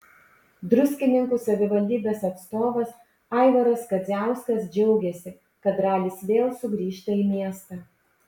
druskininkų savivaldybės atstovas aivaras kadziauskas džiaugėsi kad ralis vėl sugrįžta į miestą